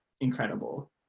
incredible